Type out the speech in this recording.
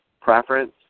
preference